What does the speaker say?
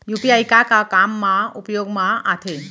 UPI का का काम मा उपयोग मा आथे?